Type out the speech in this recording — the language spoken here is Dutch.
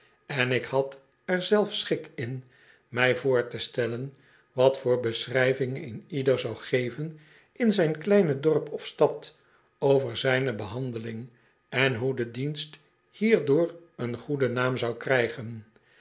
en ik had er zelf schik in mij voor te stellen wat voor beschrijving een ieder zou geven in zijn kleine dorp of stad over zijne behandeling en hoe de dienst hierdoor een goeden naam zou krijgen